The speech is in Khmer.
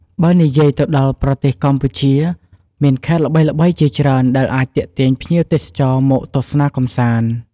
បើនិយាយទៅដល់ប្រទេសកម្ពុជា មានខេត្តល្បីៗជាច្រើនដែលអាចទាក់ទាញភ្ញៀវទេសចរណ៍មកទស្សនាកំសាន្ត។